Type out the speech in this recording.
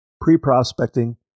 Pre-prospecting